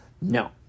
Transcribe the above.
No